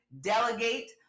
delegate